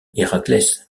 héraclès